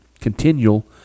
continual